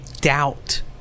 doubt